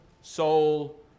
soul